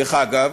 דרך אגב,